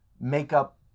makeup